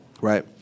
Right